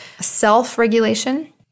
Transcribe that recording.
self-regulation